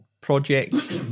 projects